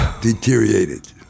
deteriorated